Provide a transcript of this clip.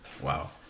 wow